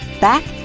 back